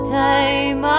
time